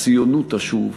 הציונות תשוב.